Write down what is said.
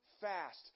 fast